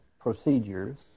procedures